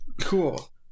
Cool